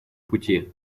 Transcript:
пути